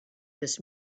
this